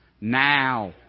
Now